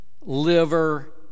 liver